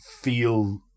feel